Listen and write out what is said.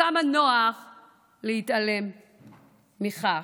כמה נוח להתעלם מכך.